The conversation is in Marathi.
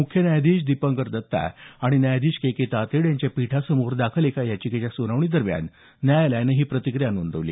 मुख्य न्यायाधीश दीपंकर दत्ता आणि न्यायाधीश के के तातेड यांच्या पीठासमोर दाखल एका याचिकेच्या सुनावणी दरम्यान न्यायालयानं ही प्रतिक्रिया नोंदवली